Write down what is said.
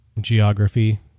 geography